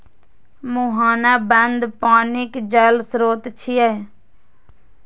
मुहाना बंद पानिक जल स्रोत छियै